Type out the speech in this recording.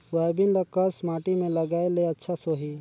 Soybean ल कस माटी मे लगाय ले अच्छा सोही?